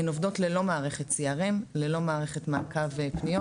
הן עובדות ללא מערכת CRM, ללא מערכת מעקב פניות.